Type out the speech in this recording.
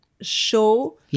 show